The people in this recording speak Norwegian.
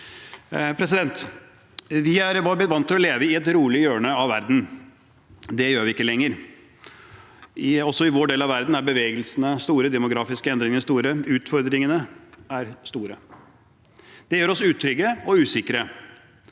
Vi er blitt vant til å leve i et rolig hjørne av verden. Det gjør vi ikke lenger. Også i vår del av verden er bevegelsene store, de demografiske endringene er store, og utfordringene er store. Det gjør oss utrygge og usikre.